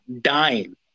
dying